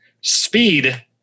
speed